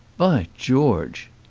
by george!